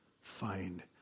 find